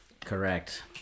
Correct